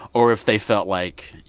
or if they felt, like,